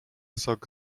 sok